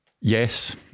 yes